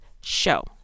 show